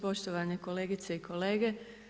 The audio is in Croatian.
Poštovane kolegice i kolege.